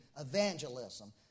evangelism